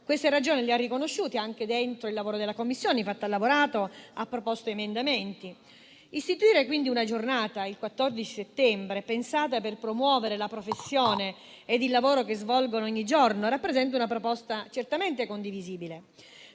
queste ragioni le ha riconosciute anche nel lavoro della Commissione, lavorando e proponendo emendamenti. Istituire quindi una giornata, il 14 settembre, pensata per promuovere la professione ed il lavoro che i formatori svolgono ogni giorno rappresenta una proposta certamente condivisibile,